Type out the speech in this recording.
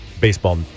Baseball